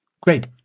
Great